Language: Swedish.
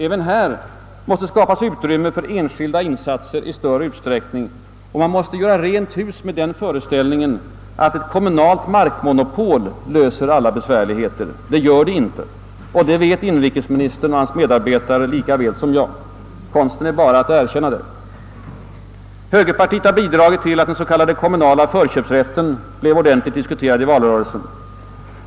även här måste skapas utrymme för enskilda insatser i större utsträckning, och man måste göra rent hus med föreställningen att ett kommunalt markmonopol löser alla besvärligheter. Det gör det inte, och det vet inrikesministern och hans medarbetare lika väl som jag. Konsten är bara att erkänna det. Högerpartiet har bidragit till att den s.k. kommunala förköpsrätten blev ordentligt diskuterad i valrörelsen.